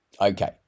Okay